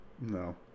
No